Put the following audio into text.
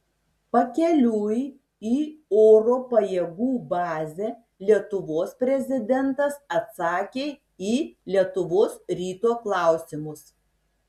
pakeliui į oro pajėgų bazę lietuvos prezidentas atsakė į lietuvos ryto klausimus